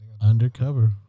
Undercover